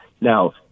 Now